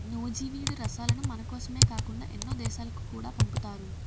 నూజివీడు రసాలను మనకోసమే కాకుండా ఎన్నో దేశాలకు కూడా పంపుతారు